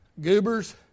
goobers